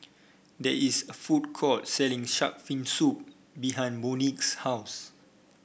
there is a food court selling shark fin soup behind Monique's house